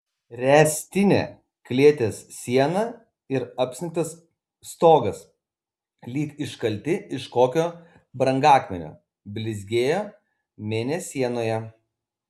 ręstinė klėties siena ir apsnigtas stogas lyg iškalti iš kokio brangakmenio blizgėjo mėnesienoje